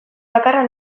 bakarra